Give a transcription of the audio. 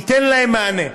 היא תיתן להם מענה.